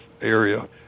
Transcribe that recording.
area